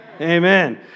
Amen